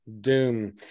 doom